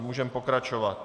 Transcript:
Můžeme pokračovat.